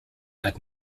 but